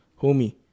homie